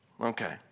Okay